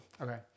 okay